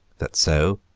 that so,